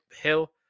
Hill